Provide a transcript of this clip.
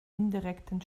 indirekten